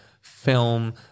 film